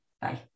Bye